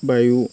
বায়ু